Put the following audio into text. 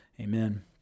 Amen